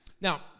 Now